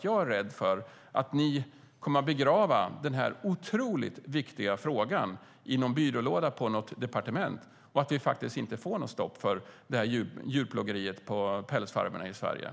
Jag är rädd för att ni kommer att begrava den otroligt viktiga frågan i någon byrålåda på ett departement och att det faktiskt inte blir något stopp för djurplågeriet på pälsfarmerna i Sverige.